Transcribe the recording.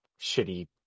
shitty